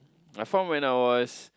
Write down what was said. I form when I was